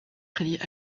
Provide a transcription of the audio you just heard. crédit